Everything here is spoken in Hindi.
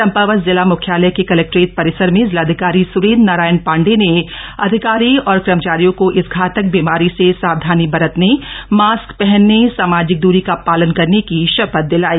चंपावत जिला मुख्यालय के कलेक्ट्रेट परिसर में जिलाधिकारी सुरेंद्र नारायण पांडेय ने अधिकारी और कर्मचारियों को इस घातक बीमारी से सावधानी बरतने मास्क पहनने सामाजिक दरी का पालन करने की शपथ दिलाई